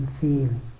feeling